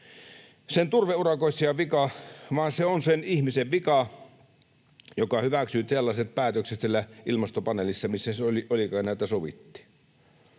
sen turveurakoitsijan vika, vaan se on sen ihmisen vika, joka hyväksyy sellaiset päätökset siellä ilmastopaneelissa, missä se oli, kun näitä sovittiin.